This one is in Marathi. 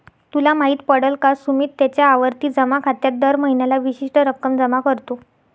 तुला माहित पडल का? सुमित त्याच्या आवर्ती जमा खात्यात दर महीन्याला विशिष्ट रक्कम जमा करतो